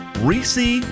Reese